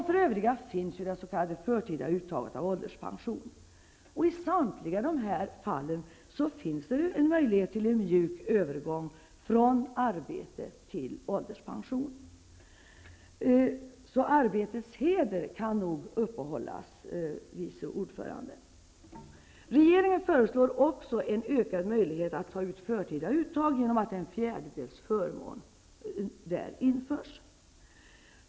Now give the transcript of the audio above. För övriga finns det s.k. förtida uttaget av ålderspension. I samtliga fall finns en möjlighet till en mjuk övergång från arbete till ålderspension. Arbetets heder kan nog upprätthållas, vice ordföranden! Regeringen föreslår också en utökad möjlighet att ta ut förtida uttag av pension genom att en fjärdedels sådan förmån införs.